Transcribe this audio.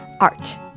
Art